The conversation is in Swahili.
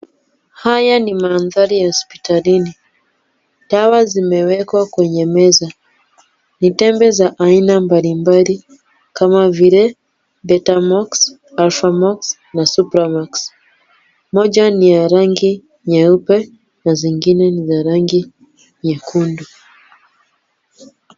Haya ni mandhari ya hospitalini. Dawa zimewekwa kwenye meza. Ni tembe za aina mbalimbali kama vile, benmox, alphamox na supramax . Moja ni ya rangi nyeupe na zingine ni za rangi nyekundu.